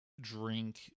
drink